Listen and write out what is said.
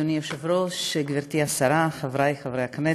אדוני היושב-ראש, גברתי השרה, חבריי חברי הכנסת,